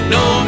no